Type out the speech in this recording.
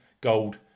Gold